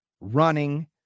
running